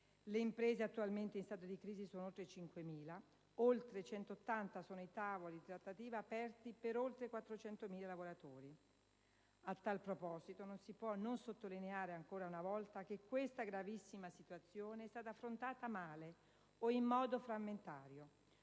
Le imprese attualmente in stato di crisi sono oltre 5.000. Oltre 180 sono i tavoli di trattativa aperti per oltre 400.000 lavoratori. A tal proposito, non si può non sottolineare ancora una volta che questa gravissima situazione è stata affrontata male o in modo frammentario.